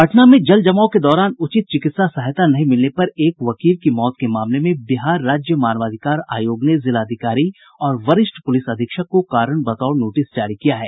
पटना में जल जमाव के दौरान उचित चिकित्सा सहायता नहीं मिलने पर एक वकील की मौत के मामले में बिहार राज्य मानवाधिकार आयोग ने जिलाधिकारी और वरिष्ठ पुलिस अधीक्षक को कारण बताओ नोटिस जारी किया है